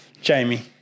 jamie